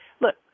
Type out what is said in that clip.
Look